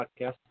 podcast